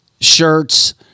shirts